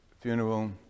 funeral